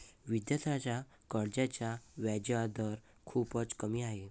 विद्यार्थ्यांच्या कर्जाचा व्याजदर खूपच कमी आहे